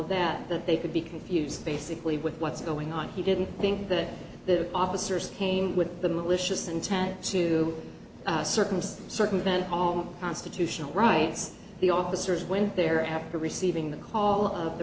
of that that they could be confused basically with what's going on he didn't think that the officers came with the malicious intent to circumcise circumvent home constitutional rights the officers went there after receiving the call of the